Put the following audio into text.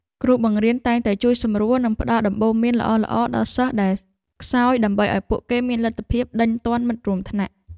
គ្រូបង្រៀនតែងតែជួយសម្រួលនិងផ្ដល់ដំបូន្មានល្អៗដល់សិស្សដែលខ្សោយដើម្បីឱ្យពួកគេមានលទ្ធភាពដេញទាន់មិត្តរួមថ្នាក់។